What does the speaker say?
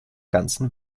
ganzen